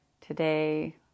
Today